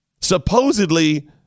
Supposedly